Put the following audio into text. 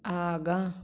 आगाँ